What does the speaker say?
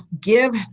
give